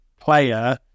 player